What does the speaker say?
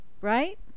right